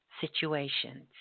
situations